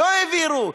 לא העבירו,